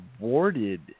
rewarded